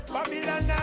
Babylon